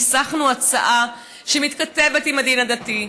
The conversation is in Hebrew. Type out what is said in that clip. וניסחנו הצעה שמתכתבת עם הדין הדתי,